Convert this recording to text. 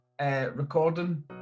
recording